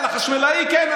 על החשמלאי כן,